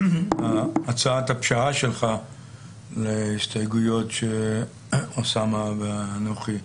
הצעת הפשרה שלך להסתייגויות שאוסאמה ואנוכי,